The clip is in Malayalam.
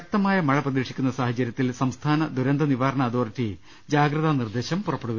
ശക്തമായ മഴ പ്രതീക്ഷിക്കുന്ന സാഹചര്യത്തിൽ സംസ്ഥാന ദുരന്ത നിവാരണ അതോറിറ്റി ജാഗ്രതാ നിർദ്ദേശം പുറപ്പെടു വിച്ചു